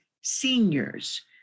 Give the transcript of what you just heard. seniors